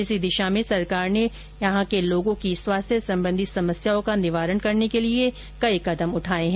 इस दिशा में सरकार ने जम्मू कश्मीर के लोगों की स्वास्थ्य संबंधी समस्याओं का निवारण करने के लिए अनेक कदम उठाए हैं